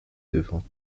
devant